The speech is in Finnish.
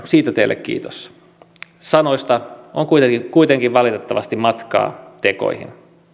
siitä teille kiitos sanoista on kuitenkin valitettavasti matkaa tekoihin